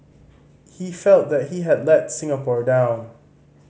he felt that he had let Singapore down